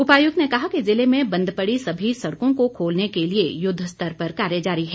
उपायुक्त ने कहा कि जिले में बंद पड़ी सभी सड़कों को खोलने के लिए युद्ध स्तर पर कार्य जारी है